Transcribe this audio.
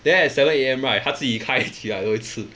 then at seven A_M right 它自己开起来多一次